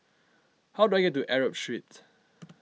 how do I get to Arab Street